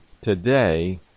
today